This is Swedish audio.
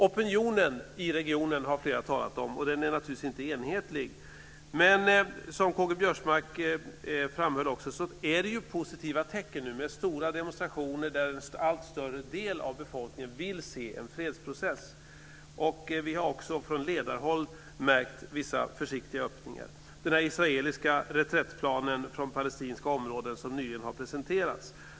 Flera har talat om opinionen i regionen. Den är naturligtvis inte enhetlig, men som Karl-Göran Biörsmark framhöll ser vi nu positiva tecken. Stora demonstrationer äger rum, och en allt större del av befolkningen vill se en fredsprocess. Vi har också märkt vissa försiktiga öppningar från ledarhåll, t.ex. den israeliska planen för reträtt från palestinska områden som nyligen har presenterats.